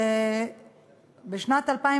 שבשנת 2012